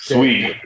Sweet